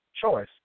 choice